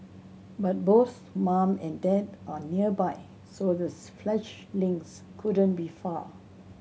but both mum and dad are nearby so the fledglings couldn't be far